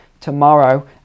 tomorrow